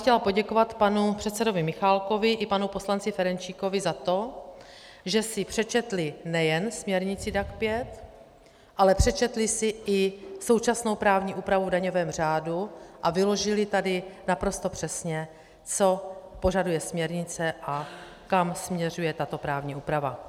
Chtěla bych poděkovat panu předsedovi Michálkovi i panu poslanci Ferjenčíkovi za to, že si přečetli nejen směrnici DAC 5, ale přečetli si i současnou právní úpravu v daňovém řádu a vyložili tady naprosto přesně, co požaduje směrnice a kam směřuje tato právní úprava.